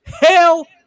hell